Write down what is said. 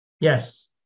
Yes